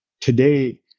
today